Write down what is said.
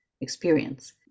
experience